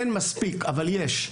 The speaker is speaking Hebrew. אין מספקי, אבל יש.